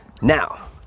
now